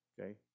okay